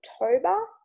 October